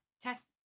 test